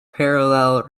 parallel